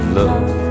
love